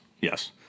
yes